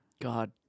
God